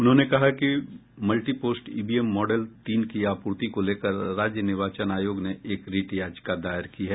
उन्होंने कहा कि मल्टीपोस्ट ईवीएम मॉडल तीन की आपूर्ति को लेकर राज्य निर्वाचन आयोग ने एक रिट याचिका दायर की है